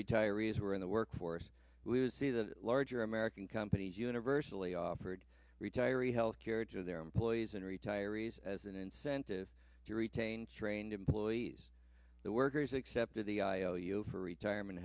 retirees were in the work force we would see the larger american companies universally offered retiree health care to their employees and retirees as an incentive to retain strained employees the workers accepted the iou for retirement